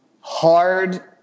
Hard